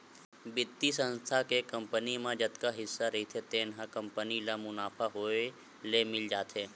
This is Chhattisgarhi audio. बित्तीय संस्था के कंपनी म जतका हिस्सा रहिथे तेन ह कंपनी ल मुनाफा होए ले मिल जाथे